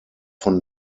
von